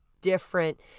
different